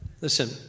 Listen